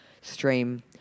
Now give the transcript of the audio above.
stream